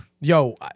Yo